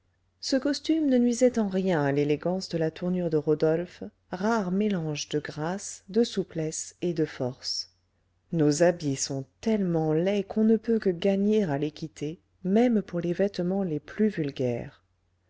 ce costume ne nuisait en rien à l'élégance de la tournure de rodolphe rare mélange de grâce de souplesse et de force nos habits sont tellement laids qu'on ne peut que gagner à les quitter même pour les vêtements les plus vulgaires